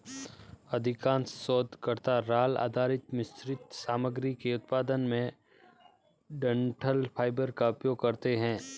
अधिकांश शोधकर्ता राल आधारित मिश्रित सामग्री के उत्पादन में डंठल फाइबर का उपयोग करते है